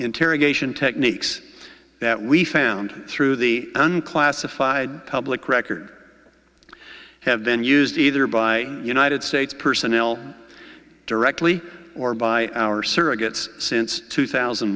interrogation techniques that we found through the unclassified public record have been used either by united states personnel directly or by our surrogates since two thousand